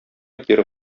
кире